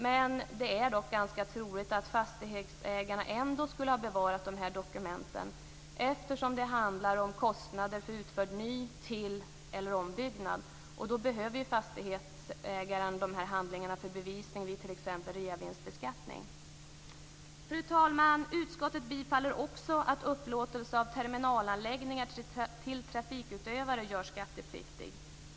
Men det är ganska troligt att fastighetsägaren ändå skulle ha bevarat dessa dokument eftersom det handlar om kostnader för utförd ny-, till eller ombyggnad. Då behöver fastighetsägaren de här handlingarna för bevisning t.ex. vid reavinstbeskattning. Fru talman! Utskottet tillstyrker också att upplåtelse av terminalanläggning till trafikutövare görs skattepliktig.